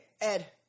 Ed